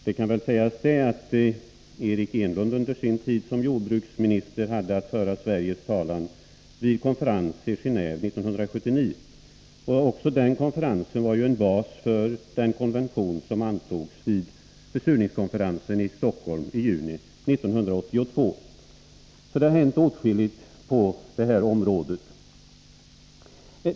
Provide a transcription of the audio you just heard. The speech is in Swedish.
Det kan väl sägas att Eric Enlund under sin tid som jordbruksminister hade att föra Sveriges talan vid konferensen i Genåve 1979. Denna konferens var ju en bas för den konvention som antogs vid försurningskonferensen i Stockholm i juni 1982. Så det har hänt åtskilligt på detta område.